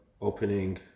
opening